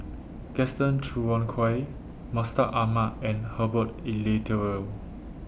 Gaston Dutronquoy Mustaq Ahmad and Herbert Eleuterio